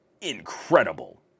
incredible